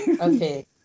Okay